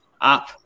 up